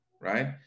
right